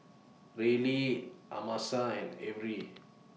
Rylee Amasa and Averi